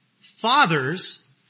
Fathers